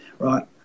Right